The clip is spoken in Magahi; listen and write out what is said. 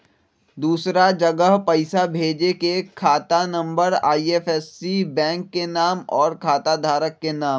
दूसरा जगह पईसा भेजे में खाता नं, आई.एफ.एस.सी, बैंक के नाम, और खाता धारक के नाम?